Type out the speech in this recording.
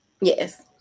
Yes